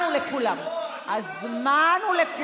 גברתי,